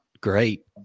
great